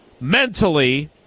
mentally